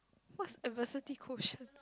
what's adversity quotient